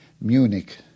Munich